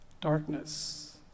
darkness